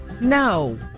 No